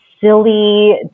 silly